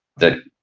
that